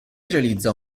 realizza